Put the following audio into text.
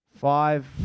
Five